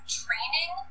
training